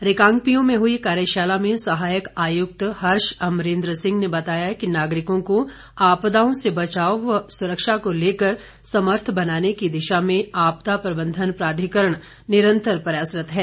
रिकांगपिओ में हुई कार्यशाला में सहायक आयुक्त हर्ष अमरेंद्र सिंह ने बताया कि नागरिको को आपदाओं से सुरक्षा व बचाव को लेकर समर्थ बनाने की दिशा में आपदा प्रबंधन प्राधिकरण निरंतर प्रयासरत है